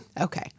Okay